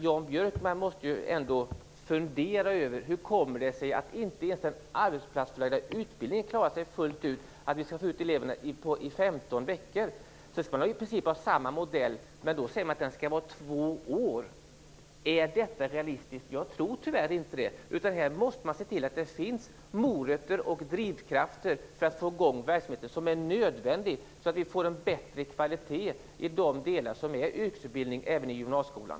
Jan Björkman måste ändå fundera över hur det kommer sig att inte ens den arbetsplatsförlagda utbildningen, där eleverna skall vara ute i 15 veckor, klarar sig fullt ut. Den nya modellen är i princip likadan, men eleverna skall vara ute i två år. Är detta realistiskt? Jag tror tyvärr inte det. Man måste se till att det finns morötter och drivkrafter för att få i gång verksamheten. Den är nödvändig för att vi skall få en bättre kvalitet på yrkesutbildningen även i gymnasieskolan.